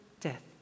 death